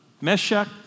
Meshach